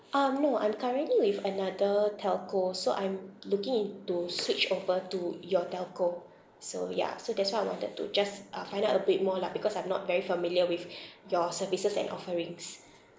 um no I'm currently with another telco so I'm looking into switch over to your telco so ya so that's why I wanted to just uh find out a bit more lah because I'm not very familiar with your services and offerings